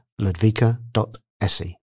ludvika.se